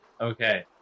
okay